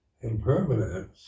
impermanence